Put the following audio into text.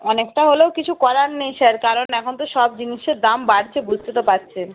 অনেকটা হলেও কিছু করার নেই স্যার কারণ এখন তো সব জিনিসের দাম বাড়ছে বুঝতে তো পারছেন